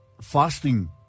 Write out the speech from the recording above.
fasting